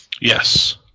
Yes